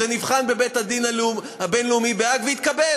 זה נבחן בבית-הדין הבין-לאומי בהאג והתקבל.